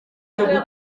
cyo